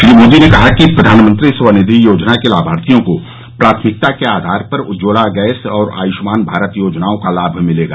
श्री मोदी ने कहा कि प्रधानमंत्री स्वनिधि योजना के लाभार्थियों को प्राथमिकता के आधार पर उज्ज्वला गैस और आयुष्मान भारत योजनाओं का लाभ मिलेगा